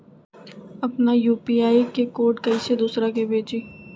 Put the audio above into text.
अपना यू.पी.आई के कोड कईसे दूसरा के भेजी?